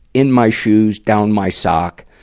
in my shoes, down my sock.